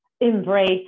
embrace